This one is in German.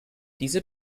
diese